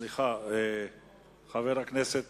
סליחה, חבר הכנסת